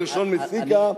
גרשון מסיקה,